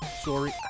sorry